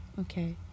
Okay